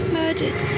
murdered